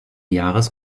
jahres